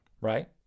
Right